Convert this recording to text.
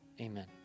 Amen